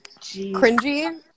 cringy